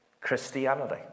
Christianity